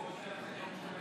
אינו משתתף